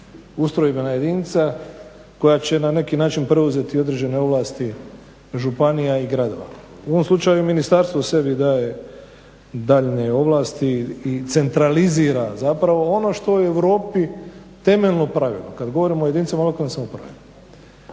ustrojbena jedinica koja će na neki način preuzeti određene ovlasti županija i gradova. U ovom slučaju ministarstvo sebi daje daljnje ovlasti i centralizira zapravo ono što je u Europi temeljno pravilo kad govorimo o jedinicama lokalne samouprave.